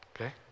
Okay